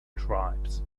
tribes